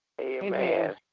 Amen